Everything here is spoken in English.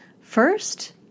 First